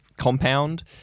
Compound